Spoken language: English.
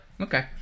Okay